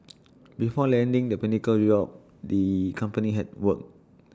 before landing the pinnacle job the company had worked